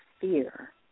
fear